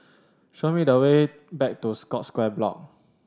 show me the way back to Scotts Square Block